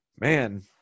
Man